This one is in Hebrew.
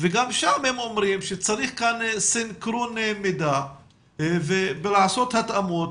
וגם שם הם אומרים שצריך כאן סינכרון מידע ולעשות התאמות